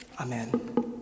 Amen